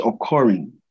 occurring